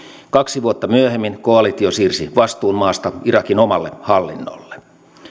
kaksi vuotta myöhemmin koalitio siirsi vastuun maasta irakin omalle hallinnolle